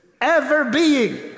ever-being